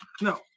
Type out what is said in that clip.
no